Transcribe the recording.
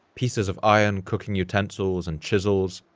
pieces of iron, cooking utensils, and chisels,